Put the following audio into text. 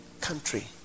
country